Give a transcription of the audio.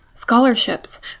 scholarships